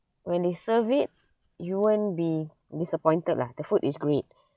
when they serve it you won't be disappointed lah the food is great